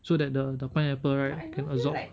so that the the pineapple right can absorb